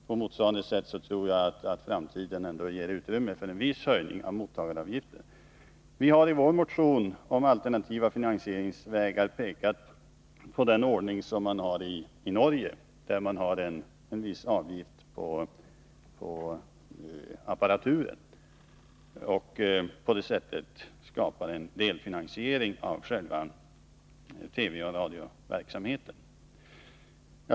På motsvarande sätt tror jag framtiden ändå ger utrymme för viss höjning av mottagaravgiften. Vi har i vår motion om alternativa finansieringsvägar pekat på den ordning man har i Norge, där man har en viss avgift på apparaturen och på det sättet skapar en delfinansiering av själva TV och radioverksamheten.